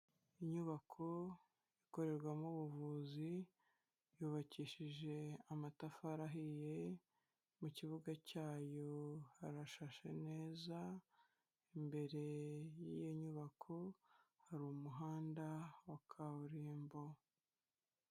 Inyubako ikorerwamo ubuvuzi yubakishije amatafari ahiye mu kibuga cyayo harashashe neza imbere yiyo nyubako hari umuhanda wa kaburimbo.